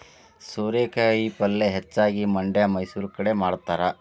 ಸೋರೆಕಾಯಿ ಪಲ್ಯೆ ಹೆಚ್ಚಾಗಿ ಮಂಡ್ಯಾ ಮೈಸೂರು ಕಡೆ ಮಾಡತಾರ